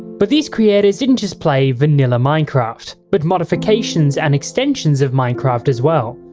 but these creators didn't just play vanilla minecraft, but modifications and extensions of minecraft as well.